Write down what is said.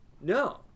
No